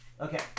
Okay